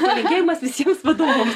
palinkėjimas visiems vadovams